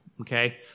Okay